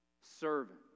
servant